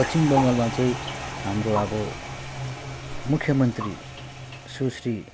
पश्चिम बङ्गालमा चाहिँ हाम्रो अब मुख्य मन्त्री सुश्री